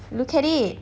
look at it